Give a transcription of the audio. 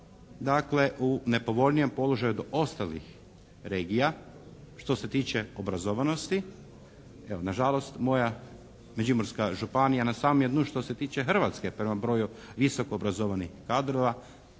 dakle u nepovoljnijem položaju od ostalih regija što se tiče obrazovanosti. Evo na žalost moja Međimurska županija na samom je dnu što se tiče Hrvatske prema broju visoko obrazovanih kadrova,